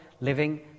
living